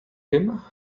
him